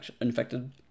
infected